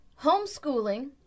homeschooling